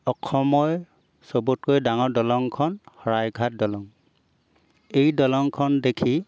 অসমৰ চবতকৈ ডাঙৰ দলংখন শৰাইঘাট দলং এই দলংখন দেখি